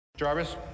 Jarvis